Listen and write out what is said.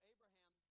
Abraham